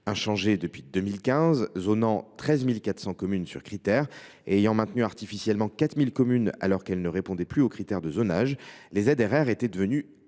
Inchangées depuis 2015, zonant 13 400 communes sur critère et ayant maintenu artificiellement 4 000 communes alors qu’elles ne répondaient plus aux critères de zonage, les ZRR étaient devenues injustes